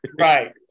right